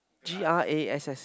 G_R_A_S_S